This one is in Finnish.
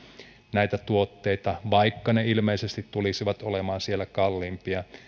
näitä tuotteita vaikka ne ilmeisesti tulisivat olemaan siellä kalliimpia